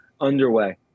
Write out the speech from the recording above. underway